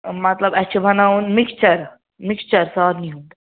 مطلب اَسہِ چھِ بَناوُن مِکِسچَر مِکِسچَر سارِنٕے ہُنٛد